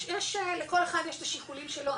יש לכל אחד יש את השיקולים שלו,